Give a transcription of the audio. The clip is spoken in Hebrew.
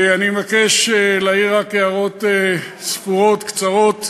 אני מבקש להעיר הערות ספורות, קצרות.